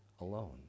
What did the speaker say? alone